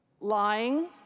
lying